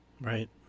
right